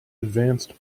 advanced